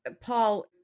Paul